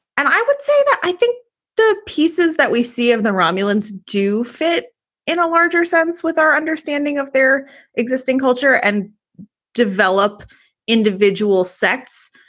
and i would say that i think the pieces that we see of the romulans do fit in a larger sense with our understanding of their existing culture and develop individual sex.